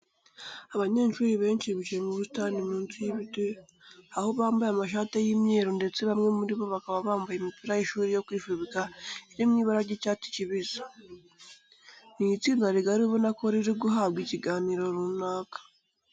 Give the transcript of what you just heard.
Abanyeshuri benshi bicaye mu busitani munsi y'ibiti aho bambayr amashati y'imyeru ndetse bamwe muri bo bakaba bambaye imipira y'ishuri yo kwifubika iri mu ibara ry'icyatdi kibisi. Ni itsinda rigari ubona ko riri guhabwa ikiganiro runaka.